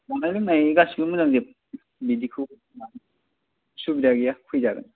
जानाय लोंनाय गासिबो मोजां जोब बिदिखौ सुबिदा गैया फैजागोन